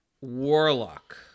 Warlock